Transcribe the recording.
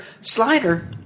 Slider